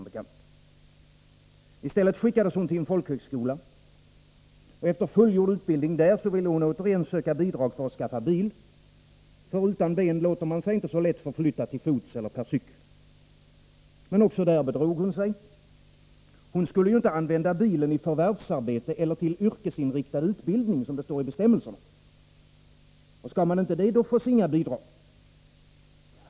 I stället skickades hon till en folkhögskola. Efter fullgjord utbildning där ville hon återigen söka bidrag för att skaffa bil— utan ben låter man sig inte så lätt förflyttas till fots eller per cykel. Men också där bedrog hon sig. Hon skulle ju inte använda bilen i förvärvsarbete eller till yrkesinriktad utbildning, som det står i bestämmel serna. Och då fås inte bidrag.